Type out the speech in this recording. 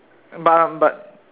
but but